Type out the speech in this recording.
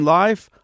life